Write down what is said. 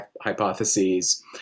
hypotheses